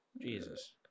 Jesus